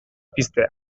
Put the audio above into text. piztea